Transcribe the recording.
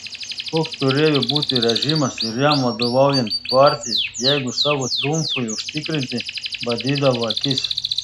koks turėjo būti režimas ir jam vadovaujanti partija jeigu savo triumfui užtikrinti badydavo akis